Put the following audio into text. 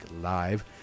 live